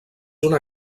una